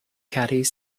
caddies